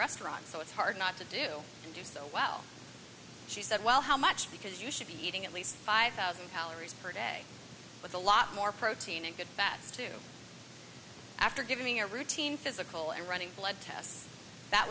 restaurants so it's hard not to do and do so well she said well how much because you should be eating at least five thousand calories per day with a lot more protein and good fats too after giving a routine physical and running blood tests that